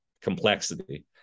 complexity